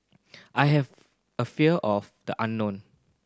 I have a fear of the unknown